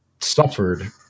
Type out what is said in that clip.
suffered